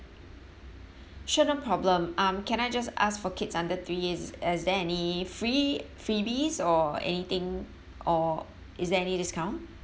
sure no problem um can I just ask for kids under three years uh is there any free freebies or anything or is there any discount